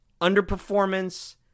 underperformance